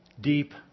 deep